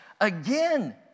again